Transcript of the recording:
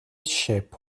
ship